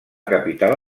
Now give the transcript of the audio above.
capital